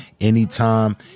Anytime